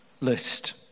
list